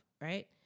right